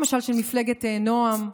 למשל של מפלגת נעם,